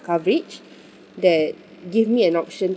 coverage that give me an option